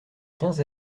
quinze